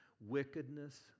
wickedness